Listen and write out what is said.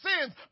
sins